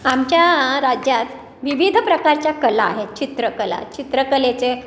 आमच्या राज्यात विविध प्रकारच्या कला आहेत चित्रकला चित्रकलेचे